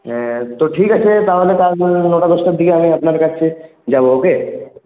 হ্যাঁ তো ঠিক আছে তাহলে তারপরে নটা দশটার দিকে আমি আপনার কাছে যাবো ওকে